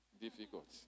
difficult